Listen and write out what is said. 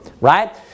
Right